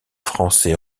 français